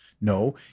No